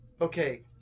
okay